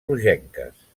rogenques